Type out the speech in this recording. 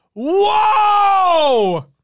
Whoa